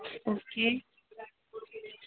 okay